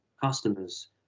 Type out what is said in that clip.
customers